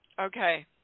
Okay